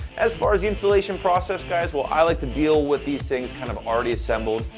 as far as the installation process, guys, well, i like to deal with these things kind of already assembled,